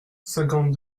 cinquante